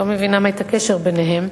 אני לא מבינה את הקשר ביניהם.